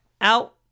Out